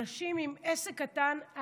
אנשים עם עסק קטן,